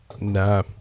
Nah